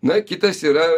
na kitas yra